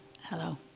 Hello